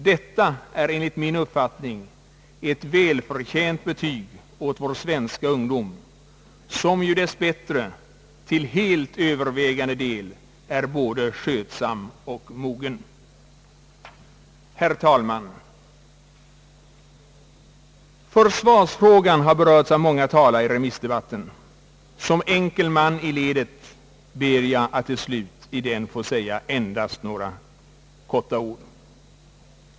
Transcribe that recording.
Detta är enligt min uppfattning ett välförtjänt betyg åt vår svenska ungdom, som ju dess bättre till helt övervägande del är både skötsam och mogen. Herr talman! Försvarsfrågan har berörts av många talare i remissdebatten. Som enkel man i ledet ber jag att till slut i den få säga endast några ord.